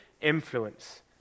influence